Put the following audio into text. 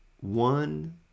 one